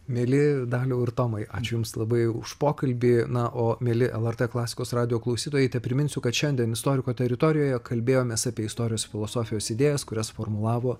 mieli daliau ir tomai ačiū jums labai už pokalbį na o mieli lrt klasikos radijo klausytojai tepriminsiu kad šiandien istoriko teritorijoje kalbėjomės apie istorijos filosofijos idėjas kurias formulavo